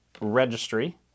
registry